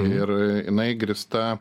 ir jinai grįsta